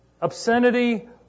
obscenity